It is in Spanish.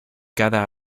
cada